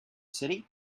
city